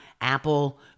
Apple